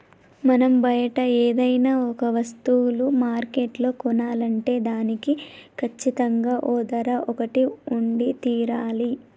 మనం బయట ఏదైనా ఒక వస్తువులు మార్కెట్లో కొనాలంటే దానికి కచ్చితంగా ఓ ధర ఒకటి ఉండి తీరాలి